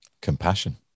Compassion